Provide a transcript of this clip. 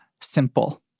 simple